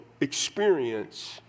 experience